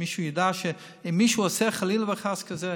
שידעו שאם מישהו עושה חלילה וחס דבר כזה,